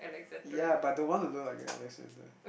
ya but don't want to look like a Alexander